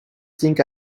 think